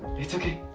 it's okay!